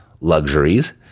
luxuries